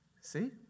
See